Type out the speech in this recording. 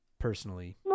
Personally